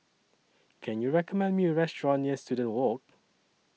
Can YOU recommend Me A Restaurant near Student Walk